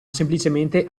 semplicemente